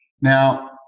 Now